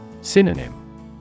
Synonym